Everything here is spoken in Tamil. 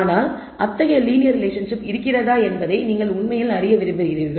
ஆனால் அத்தகைய லீனியர் ரிலேஷன்ஷிப் இருக்கிறதா என்பதை நீங்கள் உண்மையில் அறிய விரும்புகிறீர்கள்